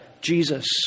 Jesus